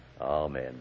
Amen